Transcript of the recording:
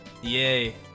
Yay